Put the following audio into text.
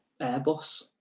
Airbus